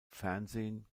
fernsehen